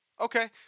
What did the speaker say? Okay